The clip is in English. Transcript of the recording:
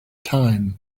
time